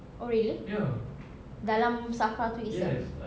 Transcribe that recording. oh really dalam safra itu itself